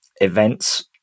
events